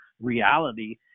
reality